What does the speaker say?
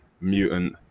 mutant